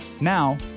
Now